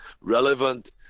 relevant